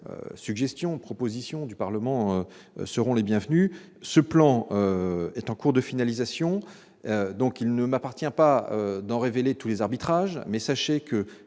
suggestions et propositions du Parlement seront également les bienvenues. Ce plan est en cours de finalisation. S'il ne m'appartient pas d'en révéler tous les arbitrages, sachez que